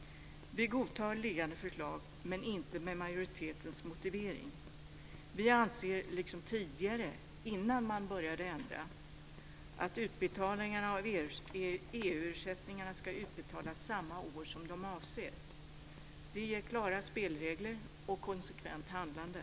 Vi godtar liggande förslag, men inte med majoritetens motivering. Vi anser, liksom tidigare innan man började ändra förra gången, att utbetalningarna av EU-ersättningar ska utbetalas samma år som de avser. Det ger klara spelregler och konsekvent handlande.